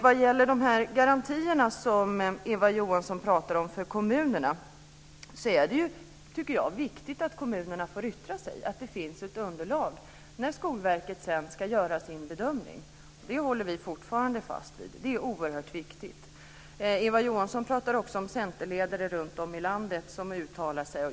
Vad gäller garantier för kommunerna är det viktigt att kommunerna får yttra sig, att det finns ett underlag när Skolverket sedan ska göra sin bedömning. Det håller vi fortfarande fast vid. Det är oerhört viktigt. Eva Johansson talar också om centerledare runtom i landet som uttalar sig.